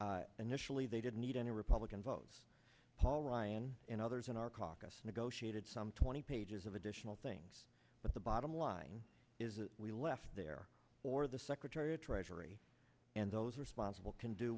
initially they didn't need any republican votes paul ryan and others in our caucus negotiated some twenty ages of additional things but the bottom line is that we left there or the secretary of treasury and those responsible can do